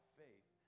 faith